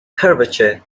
curvature